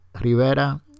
Rivera